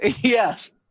Yes